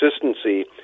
consistency